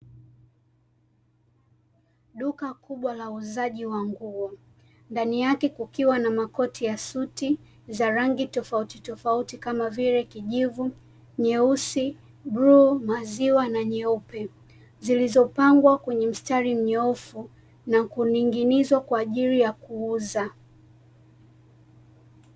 Duka kubwa la uuzaji wa nguo, ndani yake kukiwa na makoti ya suti, za rangi tofauti tofauti, kama vile kijivu, nyeusi, buluu, maziwa, na nyeupe, zilizopangwa kwenye mstari mnyoofu, na kuning'inizwa kwaajili ya kuuza.